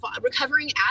recovering